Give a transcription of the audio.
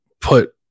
put